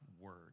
word